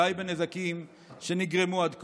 די בנזקים שנגרמו עד כה".